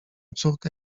córkę